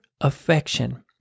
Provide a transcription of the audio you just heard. affection